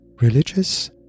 Religious